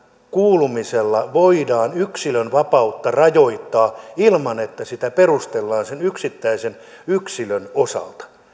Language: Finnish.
kuulumisen vuoksi voidaan yksilönvapautta rajoittaa ilman että sitä perustellaan sen yksittäisen yksilön osalta